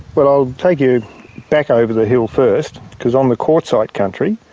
but i'll take you back over the hill first because on the quartzite country,